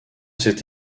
cet